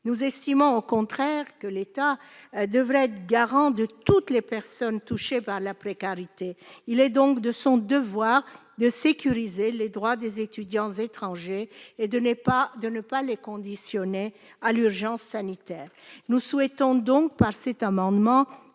Nous estimons au contraire que l'État devrait être garant de toutes les personnes touchées par la précarité. Il est donc de son devoir de sécuriser les droits des étudiants étrangers et de ne pas les conditionner à l'urgence sanitaire. Nous souhaitons, par cet amendement,